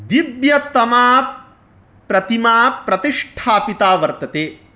दिव्यतमा प्रतिमा प्रतिष्ठापिता वर्तते